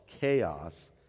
chaos